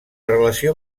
relació